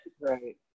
Right